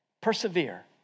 Persevere